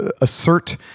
assert